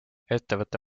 ettevõte